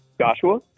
Joshua